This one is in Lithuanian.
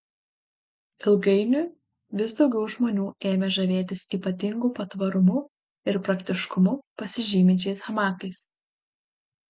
ilgainiui vis daugiau žmonių ėmė žavėtis ypatingu patvarumu ir praktiškumu pasižyminčiais hamakais